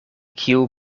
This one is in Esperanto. kiu